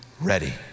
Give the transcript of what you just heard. ready